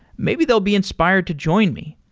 maybe they'll be inspired to join me,